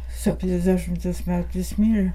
septyniasdešimties metų jis mirė